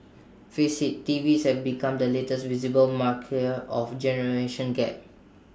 face IT T Vs have become the latest visible marker of generation gap